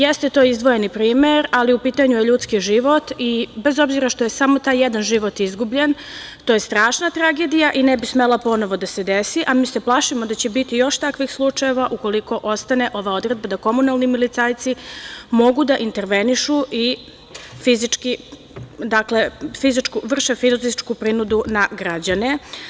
Jeste to izdvojeni primer, ali u pitanju je ljudski život i bez obzira što je samo taj jedan život izgubljen, to je strašna tragedija i ne bi smela ponovo da se desi, a mi se plašimo da će biti još takvih slučajeva ukoliko ostane ova odredba da komunalni milicajci mogu da intervenišu i vrše fizičku prinudu na građane.